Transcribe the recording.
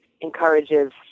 encourages